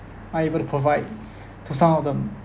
are able to provide to some of them